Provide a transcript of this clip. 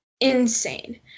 insane